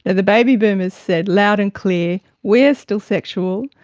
and the baby boomers said loud and clear we're still sexual,